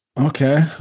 Okay